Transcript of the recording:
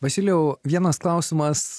vasilijau vienas klausimas